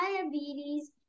diabetes